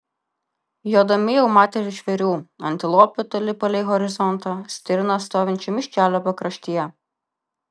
jodami jau matė ir žvėrių antilopių toli palei horizontą stirną stovinčią miškelio pakraštyje